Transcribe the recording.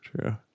true